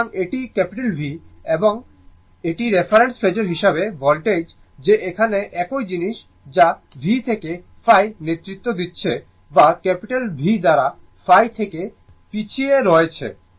সুতরাং এটি V এটি এবং এটি রেফারেন্স ফেজোর হিসাবে ভোল্টেজ যে এখানে একই জিনিস যা v থেকে ϕ নেতৃত্ব নিচ্ছে বা V দ্বারা ϕ থেকে পিছিয়ে রয়েছে